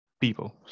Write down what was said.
people